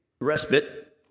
respite